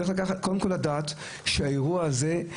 צריך קודם כול לדעת שהאירוע הזה,